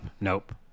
nope